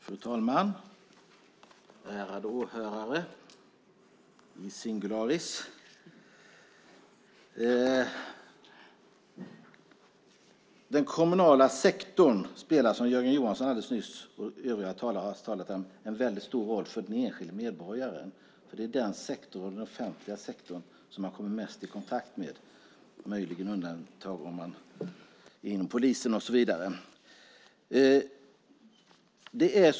Fru talman! Ärade åhörare - i singularis! Den kommunala sektorn spelar som Jörgen Johansson och övriga talare alldeles nyss sade en mycket stor roll för enskilda medborgare. Det är den sektorn i den offentliga sektorn som man kommer mest i kontakt med, möjligen med undantag för dem som har mycket att göra med polisen och så vidare.